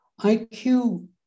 IQ